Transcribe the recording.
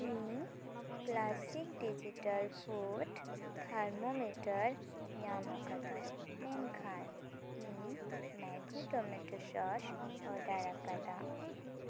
ᱤᱧ classic digital food thermometer ᱧᱟᱢ ᱟᱠᱟᱫᱟ ᱢᱮᱱᱠᱷᱟᱱ ᱤᱧ ᱢᱮᱜᱤ ᱴᱳᱢᱮᱴᱳ ᱥᱚᱥ ᱳᱰᱟᱨ ᱟᱠᱟᱫᱟ